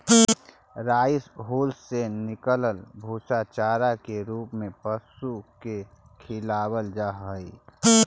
rice hulls से निकलल भूसा चारा के रूप में पशु के खिलावल जा हई